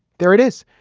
there it is.